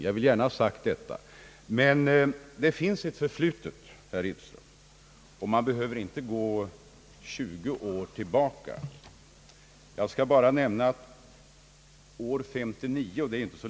Men det finns ett förflutet, herr Edström, och man behöver inte gå 20 år tillbaka i tiden.